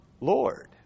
Lord